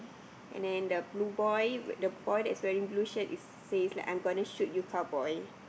and then the blue boy the boy that's wearing blue shirt is says like I'm gonna shoot you cow boy